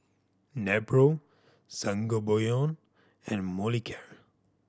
Nepro Sangobion and Molicare